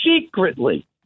secretly